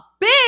big